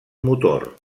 motor